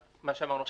מה שאמרנו עכשיו,